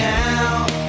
now